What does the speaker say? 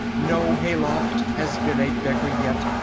no hayloft has been a beggar yet,